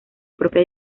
propia